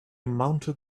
mounted